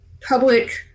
public